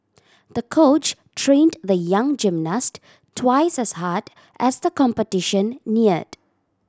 the coach trained the young gymnast twice as hard as the competition neared